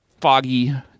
Foggy